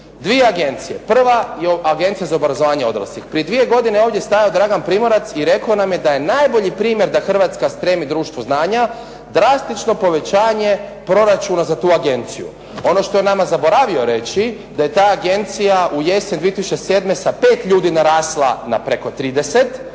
Dvije agencije. Prva je Agencija za obrazovanje odraslih. Prije dvije godine ovdje je stajao Dragan Primorac i rekao nam je da je najbolji primjer da Hrvatska spremi društvo znanja drastično povećanje proračuna za tu agenciju. Ono što je nama zaboravio reći da je ta agencija u jesen 2007. sa pet ljudi narasla na preko 30,